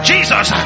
Jesus